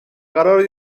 قراره